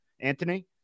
anthony